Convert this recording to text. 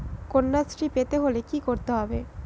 কন্যাশ্রী পেতে হলে কি করতে হবে?